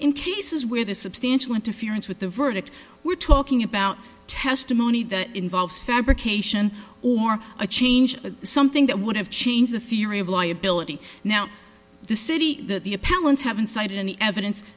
in cases where the substantial interference with the verdict we're talking about testimony that involves fabrication or a change something that would have changed the theory of liability now the city that the appellant's have been cited in the evidence